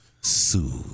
soothe